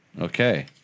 okay